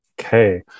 Okay